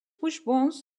wishbones